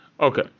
okay